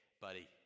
buddy